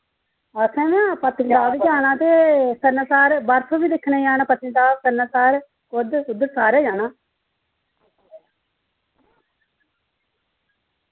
ते असें ना पत्नीटॉप जाना ते सनासर बर्फ दिक्खनै गी बी जाना ते पत्नीटॉप सनासर कुद्ध सारे जाना